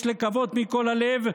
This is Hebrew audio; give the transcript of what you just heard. יש לקוות מכל הלב,